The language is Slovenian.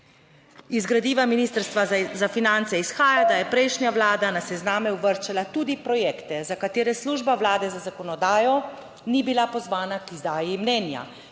Iz gradiva ministrstva za finance izhaja, da je prejšnja vlada na sezname uvrščala tudi projekte, za katere Služba Vlade za zakonodajo ni bila pozvana k izdaji mnenja,